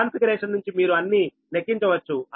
ఈ కాన్ఫిగరేషన్ నుంచి మీరు అన్నీ లెక్కించవచ్చు